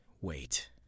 Wait